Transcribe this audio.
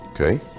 Okay